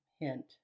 hint